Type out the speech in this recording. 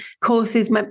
courses